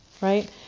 right